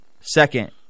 second